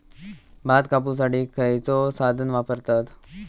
भात कापुसाठी खैयचो साधन वापरतत?